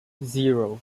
zero